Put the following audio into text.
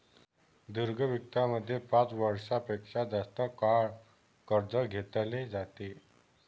दीर्घ वित्तामध्ये पाच वर्षां पेक्षा जास्त काळ कर्ज घेतले जाते